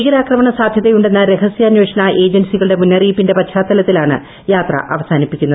ഭീകരാക്രമണ സാധ്യതയുണ്ടെന്ന രഹസ്യാന്വേഷണ ഏജൻസികളുടെ മുന്നറിയിപ്പിന്റെ പശ്ചാത്തലത്തിലാണ് യാത്ര അവസാനിപ്പിക്കുന്നത്